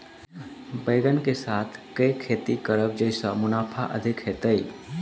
बैंगन कऽ साथ केँ खेती करब जयसँ मुनाफा अधिक हेतइ?